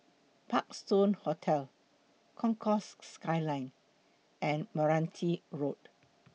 Parkstone Hotel Concourse Skyline and Meranti Road